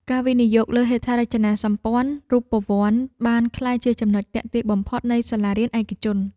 ការវិនិយោគលើហេដ្ឋារចនាសម្ព័ន្ធរូបវន្តបានក្លាយជាចំណុចទាក់ទាញបំផុតនៃសាលារៀនឯកជន។